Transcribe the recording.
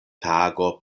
tago